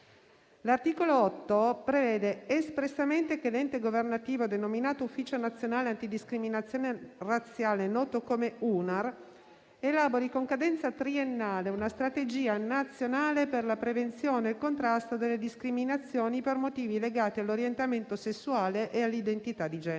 L'articolo 8 prevede espressamente che l'ente governativo denominato ufficio nazionale antidiscriminazioni razziali, noto come UNAR, elabori con cadenza triennale una strategia nazionale per la prevenzione e il contrasto delle discriminazioni per motivi legati all'orientamento sessuale e all'identità di genere.